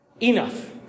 Enough